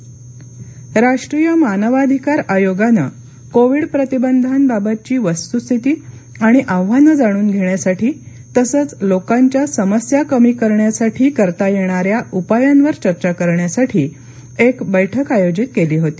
मानवाधिकार आयोग राष्ट्रीय मानवाधिकार आयोगानं कोविड प्रतिबंधांबाबतची वस्तुस्थिती आणि आव्हानं जाणून घेण्यासाठी तसंच लोकांच्या समस्या कमी करण्यासाठी करता येणाऱ्या उपायांवर चर्चा करण्यासाठी एक बैठक आयोजित केली होती